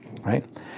Right